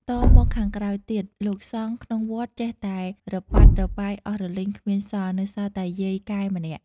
តមកខាងក្រោយទៀត លោកសង្ឃក្នុងវត្តចេះតែរប៉ាត់រប៉ាយ អស់រលីងគ្មានសល់ នៅសល់តែយាយកែម្នាក់ ។